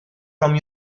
from